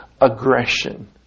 aggression